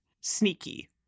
sneaky